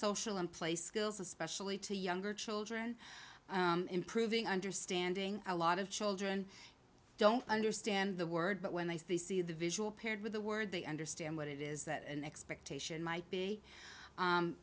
social and play skills especially to younger children improving understanding a lot of children don't understand the word but when they see the visual paired with the word they understand what it is that an expectation might be